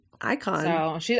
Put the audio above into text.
icon